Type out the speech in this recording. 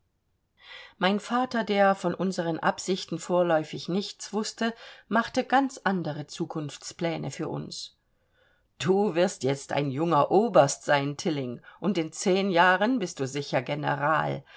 mein vater der von unseren absichten vorläufig nichts wußte machte ganz andere zukunftspläne für uns du wirst jetzt ein junger oberst sein tilling und in zehn jahren bist du sicher general